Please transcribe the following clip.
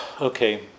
okay